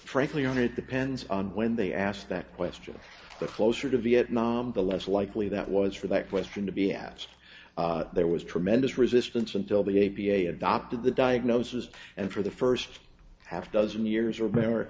frankly on it depends on when they asked that question the closer to vietnam the less likely that was for that question to be asked there was tremendous resistance until the a b a adopted the diagnosis and for the first half dozen years